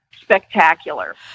spectacular